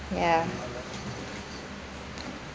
ya